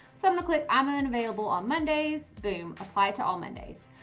so i'm gonna click i'm ah and available on mondays boom, apply to all mondays.